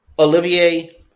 Olivier